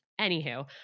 Anywho